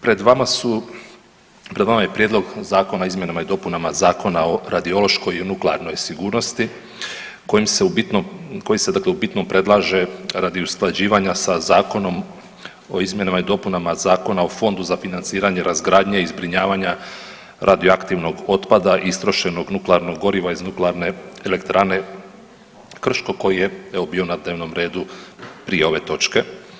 Pred vama je Prijedlog zakona o izmjenama i dopunama Zakona o radiološkoj i nuklearnoj sigurnosti koji se u bitnom predlaže radi usklađivanja sa Zakonom o izmjenama i dopunama Zakona o Fondu za financiranje razgradnje i zbrinjavanja radioaktivnog otpada i istrošenog nuklearnog goriva iz Nuklearne elektrane Krško koji je evo bi na dnevnom redu prije ove točke.